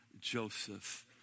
Joseph